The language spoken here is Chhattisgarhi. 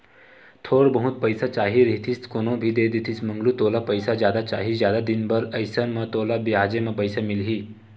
थोर बहुत पइसा चाही रहितिस कोनो भी देतिस मंगलू तोला पइसा जादा चाही, जादा दिन बर अइसन म तोला बियाजे म पइसा मिलही